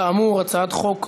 כאמור, הצעת חוק קבלה,